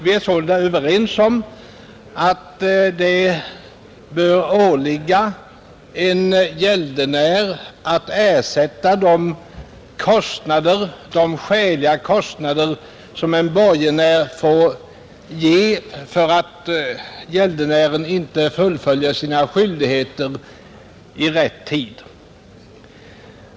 Vi är sålunda överens om att det bör åligga en gäldenär att ersätta de skäliga kostnader som en borgenär måste bestrida på grund av att gäldenären inte fullföljer sina skyldigheter i rätt tid.